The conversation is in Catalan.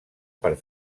per